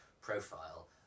profile